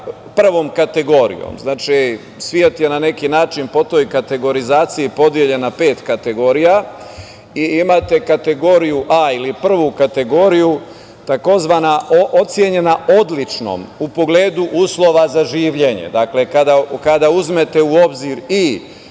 prvom kategorijom. Svet je na neki način po toj kategorizaciji podeljen na pet kategorija i imate kategoriju A ili prvu kategoriju koja je ocenjena odličnom u pogledu uslova za življenje. Kada uzmete u obzir i